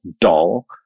dull